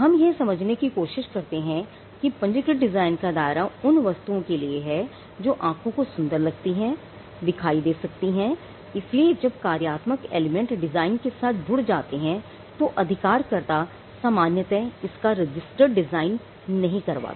हम यह समझने की कोशिश करते हैं कि पंजीकृत डिजाइन का दायरा उन वस्तुओं के लिए है जो आंखों को सुंदर लगती हैं और दिखाई दे सकती हैं इसलिए जब कार्यात्मक एलिमेंट डिजाइन के साथ जुड़ जाते हैं तो अधिकारकर्ता सामान्यतः इसका रजिस्टर्ड डिजाइन नहीं करवाते